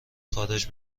خارج